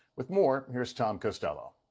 with more here's tom costello.